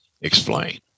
explain